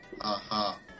Aha